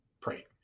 Pray